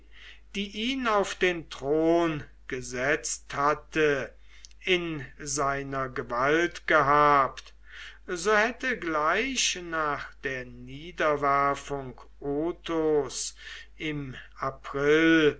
die ihn auf den thron gesetzt hatte in seiner gewalt gehabt so hätte gleich nach der niederwerfung othos im april